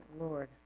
Lord